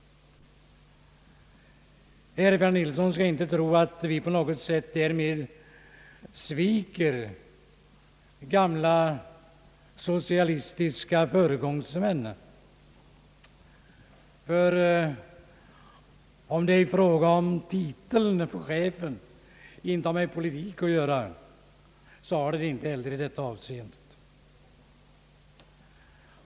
Herr Ferdinand Nilsson skall inte tro att vi därmed på något sätt sviker gamla socialistiska föregångsmän, ty om titeln på länschefen inte har med politik att göra är det inte heller fråga om politik i detta avseende.